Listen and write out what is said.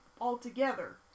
altogether